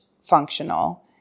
functional